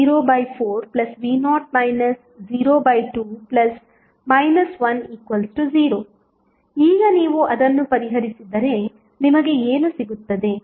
2ixv0 04v0 02 1 0 ಈಗ ನೀವು ಅದನ್ನು ಪರಿಹರಿಸಿದರೆ ನಿಮಗೆ ಏನು ಸಿಗುತ್ತದೆ